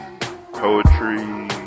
poetry